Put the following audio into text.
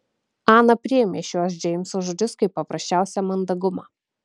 ana priėmė šiuos džeimso žodžius kaip paprasčiausią mandagumą